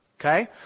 Okay